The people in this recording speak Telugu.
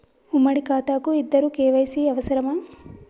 ఉమ్మడి ఖాతా కు ఇద్దరు కే.వై.సీ అవసరమా?